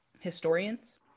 historians